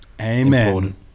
amen